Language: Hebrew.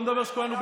לא מדבר אליי".